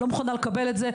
לא מוכנה לקבל את זה.